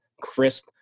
crisp